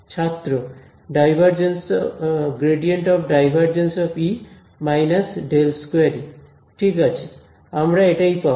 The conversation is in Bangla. ছাত্র ∇∇E − ∇2E ঠিক আছে আমরা এটাই পাব